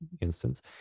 instance